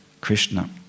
Krishna